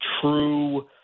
true